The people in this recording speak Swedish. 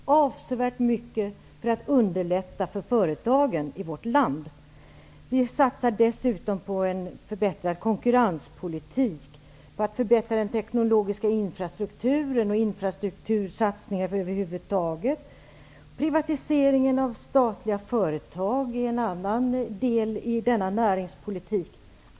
Herr talman! Det är med blandade känslor som man lyssnar på Mats Lindberg, som efterlyser regeringens näringspolitik. Regeringen har, som jag beskrev i mitt anförande, gjort avsevärda insatser för att underlätta för företagen i vårt land. Vi satsar dessutom på en förbättrad konkurrenspolitik för att förbättra den teknologiska infrastrukturen. Vi gör också andra infrastruktursatsningar. Privatiseringen av statliga företag är en annan del av denna näringspolitik.